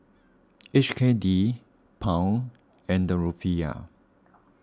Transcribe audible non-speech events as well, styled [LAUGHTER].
[NOISE] H K D Pound and Rufiyaa